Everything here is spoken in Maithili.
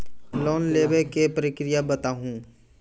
लोन लेवे के प्रक्रिया बताहू?